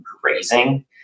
grazing